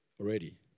already